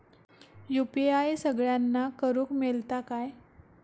UPI सगळ्यांना करुक मेलता काय?